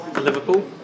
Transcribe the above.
Liverpool